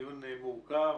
דיון מורכב,